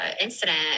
incident